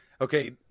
Okay